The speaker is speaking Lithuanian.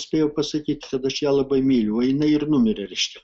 spėjau pasakyt kad aš ją labai myliu o jinai ir numirė reiškia